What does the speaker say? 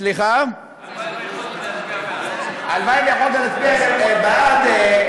הלוואי שיכולתי להצביע בעד.